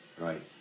Right